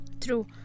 True